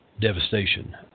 devastation